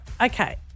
okay